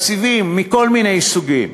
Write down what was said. תקציבים מכל מיני סוגים,